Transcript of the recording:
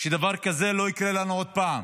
שדבר כזה לא יקרה לנו עוד פעם.